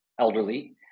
elderly